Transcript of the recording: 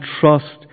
trust